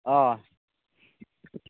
अ